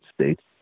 States